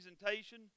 presentation